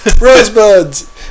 rosebuds